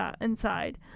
inside